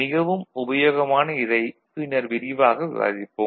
மிகவும் உபயோகமான இதை பின்னர் விரிவாக விவாதிப்போம்